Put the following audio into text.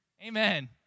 Amen